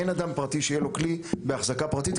אין אדם פרטי שיהיה לו כלי בהחזקה פרטית,